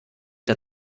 der